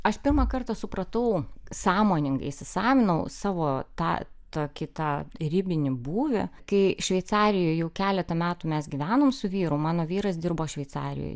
aš pirmą kartą supratau sąmoningai įsisąmoninau savo tą tokį tą ribinį būvį kai šveicarijoj jau keletą metų mes gyvenome su vyru mano vyras dirbo šveicarijoj